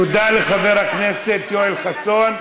תודה לחבר הכנסת יואל חסון.